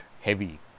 heavy